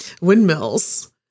windmills